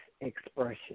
expression